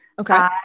Okay